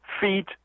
feet